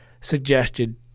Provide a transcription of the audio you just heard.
suggested